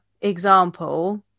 example